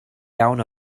iawn